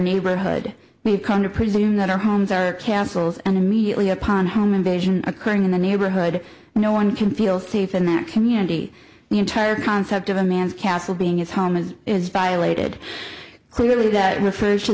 neighborhood we've come to presume that our homes are castles and immediately upon home invasion occurring in the neighborhood no one can feel safe in that community the entire concept of a man's castle being his home as is violated clearly that refers to